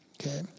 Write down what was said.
Okay